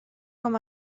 com